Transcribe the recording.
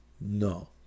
No